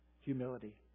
humility